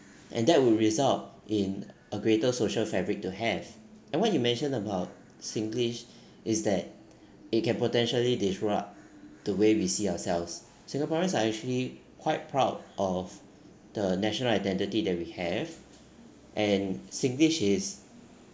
and that would result in a greater social fabric to have and what you mentioned about singlish is that it can potentially disrupt the way we see ourselves singaporeans are actually quite proud of the national identity that we have and singlish is